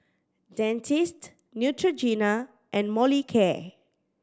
Dentiste Neutrogena and Molicare